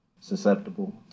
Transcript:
susceptible